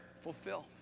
fulfilled